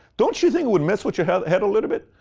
don't you think it would mess with your head head a little bit?